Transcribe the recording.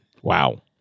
Wow